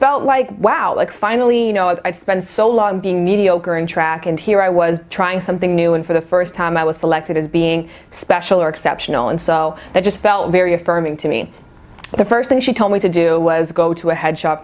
felt like wow like finally you know i spend so long being mediocre in track and here i was trying something new and for the first time i was selected as being special or exceptional and so that just felt very affirming to me the first thing she told me to do was go to a head shop